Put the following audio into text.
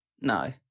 No